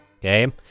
Okay